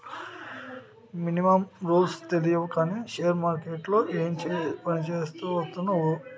Minimum రూల్సే తెలియవు కానీ షేర్ మార్కెట్లో ఏం పనిచేస్తావురా నువ్వు?